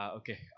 okay